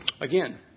Again